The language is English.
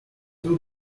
two